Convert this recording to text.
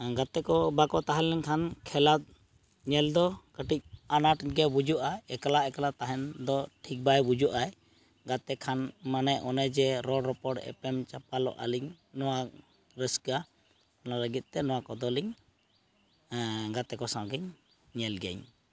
ᱜᱟᱛᱮᱠᱚ ᱵᱟᱠᱚ ᱛᱟᱦᱮᱸᱞᱮᱱ ᱠᱷᱟᱱ ᱠᱷᱮᱞᱟ ᱧᱮᱞᱫᱚ ᱠᱟᱹᱴᱤᱡ ᱟᱱᱟᱴᱜᱮ ᱵᱩᱡᱩᱜᱼᱟ ᱮᱠᱞᱟ ᱮᱠᱞᱟ ᱛᱟᱦᱮᱱᱫᱚ ᱴᱷᱤᱠ ᱵᱟᱭ ᱵᱩᱡᱩᱜᱼᱟᱭ ᱜᱟᱛᱮ ᱠᱷᱟᱱ ᱢᱟᱱᱮ ᱚᱱᱮᱡᱮ ᱨᱚᱲᱼᱨᱚᱯᱚᱲ ᱮᱯᱮᱢ ᱪᱟᱯᱟᱞᱚᱜᱼᱟᱹᱞᱤᱧ ᱱᱚᱣᱟ ᱨᱟᱹᱥᱠᱟᱹ ᱚᱱᱟ ᱞᱟᱹᱜᱤᱫᱛᱮ ᱱᱚᱣᱟ ᱠᱚᱫᱚᱞᱤᱧ ᱜᱟᱛᱮᱠᱚ ᱥᱟᱶᱜᱤᱧ ᱧᱮᱞ ᱜᱤᱭᱟᱹᱧ